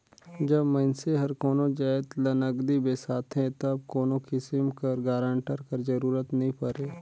जब मइनसे हर कोनो जाएत ल नगदी बेसाथे तब कोनो किसिम कर गारंटर कर जरूरत नी परे